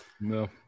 no